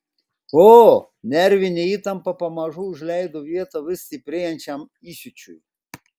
o nervinė įtampa pamažu užleido vietą vis stiprėjančiam įsiūčiui